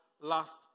last